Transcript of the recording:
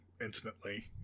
intimately